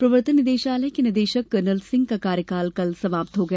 प्रवर्तन निदेशालय के निदेशक कर्नल सिंह का कार्यकाल कल समाप्त हो गया